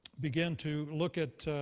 begin to look at